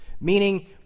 meaning